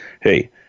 Hey